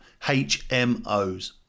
HMOs